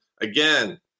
Again